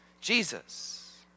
Jesus